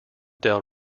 del